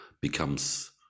becomes